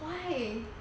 why